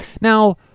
Now